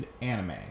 anime